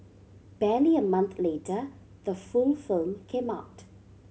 barely a month later the full film came out